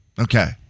Okay